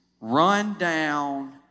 run-down